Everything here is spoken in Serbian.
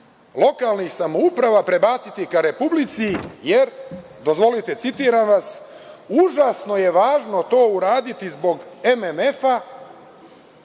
lokalnih samouprava prebaciti ka Republici, jer dozvolite citiram vas – užasno je to važno uraditi zbog MMF-a.